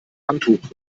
handtuch